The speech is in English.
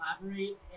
collaborate